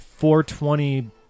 420